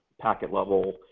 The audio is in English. packet-level